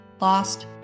lost